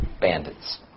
bandits